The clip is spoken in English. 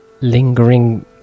lingering